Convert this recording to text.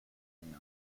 alms